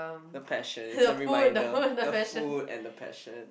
the passion it's a reminder the food and the passion